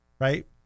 right